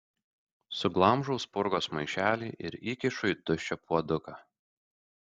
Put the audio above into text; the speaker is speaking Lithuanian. suglamžau spurgos maišelį ir įkišu į tuščią puoduką